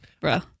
Bro